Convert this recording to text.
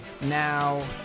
Now